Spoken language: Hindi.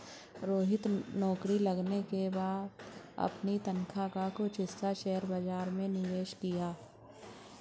रोहित नौकरी लगने के बाद अपनी तनख्वाह का कुछ हिस्सा शेयर बाजार में निवेश किया